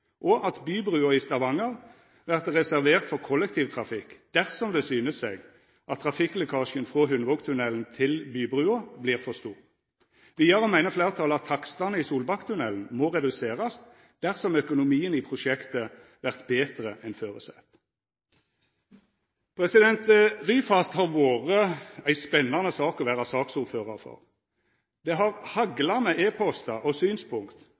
og at Bybrua i Stavanger vert reservert for kollektivtrafikk dersom det syner seg at trafikklekkasjen frå Hundvågtunnelen til Bybrua vert for stor. Vidare meiner fleirtalet at takstane i Solbakktunnelen må reduserast dersom økonomien i prosjektet vert betre enn føresett. Ryfast har vore ei spennande sak å vera saksordførar for. Det har hagla med e-postar og synspunkt